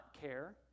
care